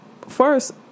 First